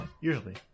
Usually